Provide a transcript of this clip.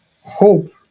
hope